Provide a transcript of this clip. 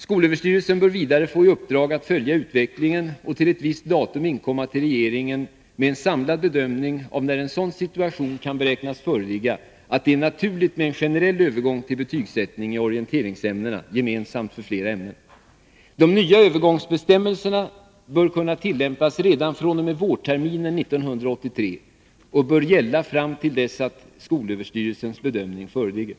SÖ bör vidare få i Nr 15 uppdrag att följa utvecklingen och till ett visst datum inkomma till regeringen Tisdagen den med en samlad bedömning av när en sådan situation kan beräknas föreligga 26 oktober 1982 att det är naturligt med en generell övergång till betygsättning i orienterings ämnen gemensamt för flera ämnen. De nya övergångsbestämmelserna bör Om skolbetygen kunna tillämpas redan fr.o.m. vårterminen 1983 och bör gälla fram till dess —; samhällsoch att SÖ:s bedömning föreligger.